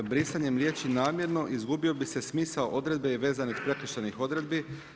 Brisanjem riječi: „namjerno“ izgubio bi se smisao odredbe i vezanih prekršajnih odredbi.